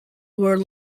were